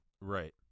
Right